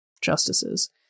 justices